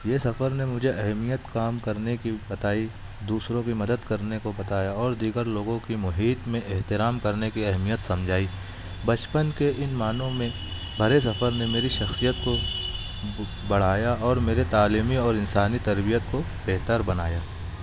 یہ سفر نے مجھے اہمیت کام کرنے کی بتائی دوسروں کی مدد کرنے کو بتایا اور دیگر لوگوں کی محیط میں احترام کرنے کی اہمیت سمجھائی بچپن کے ان معنوں میں بھرے سفر نے میری شخصیت کو بڑھایا اور میرے تعلیمی اور انسانی تربیت کو بہتر بنایا